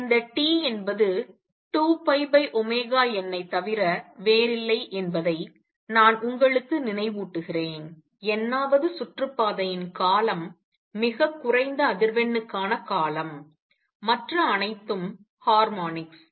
இந்த T என்பது 2πω ஐத் தவிர வேறில்லை என்பதை நான் உங்களுக்கு நினைவூட்டுகிறேன் n வது சுற்றுப்பாதையின் காலம் மிகக் குறைந்த அதிர்வெண்ணிற்கான காலம் மற்ற அனைத்தும் ஹார்மோனிக்ஸ்